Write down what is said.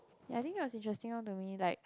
ya I think it was interesting orh to me like